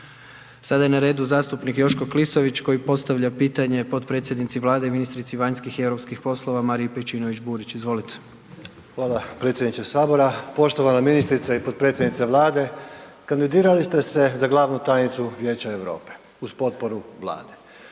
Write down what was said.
Sada je na redu zastupnik Joško Klisović koji postavlja pitanje potpredsjednici Vlade i ministrici vanjskih i europskih poslova Mariji Pejčinović-Burić. Izvolite. **Klisović, Joško (SDP)** Hvala predsjedniče Sabora. Poštovana ministrice i potpredsjednice Vlade, kandidirali ste se za glavnu tajnicu Vijeća Europe uz potporu Vlade,